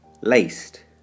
laced